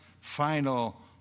final